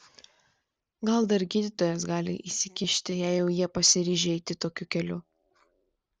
gal dar gydytojas gali įsikišti jei jau jie pasiryžę eiti tokiu keliu